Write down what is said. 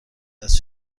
است